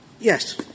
Yes